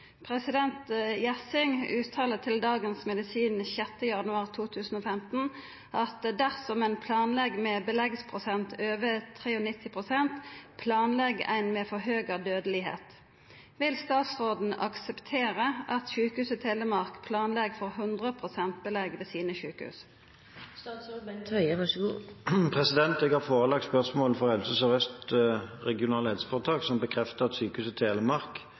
President Gjessing uttalar til Dagens Medisin 6. januar 2015 at dersom ein planlegg med beleggsprosent over 93 pst., planlegg ein med forhøga dødelegheit. Vil statsråden akseptera at Sjukehuset Telemark planlegg for 100 pst. belegg ved sine sjukehus?» Jeg har forelagt spørsmålet Helse Sør-Øst regionale helseforetak, som bekrefter at Sykehuset Telemark